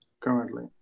currently